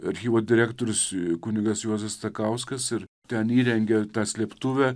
archyvo direktorius kunigas juozas stakauskas ir ten įrengė slėptuvę